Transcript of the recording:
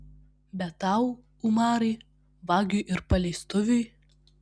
bet tau umarai vagiui ir paleistuviui